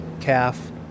calf